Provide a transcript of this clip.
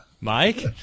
Mike